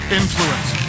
influence